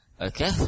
Okay